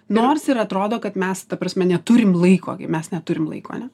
nors ir atrodo kad mes ta prasme neturim laiko gi mes neturim laiko ane